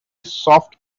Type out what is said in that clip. soft